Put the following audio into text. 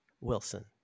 Wilson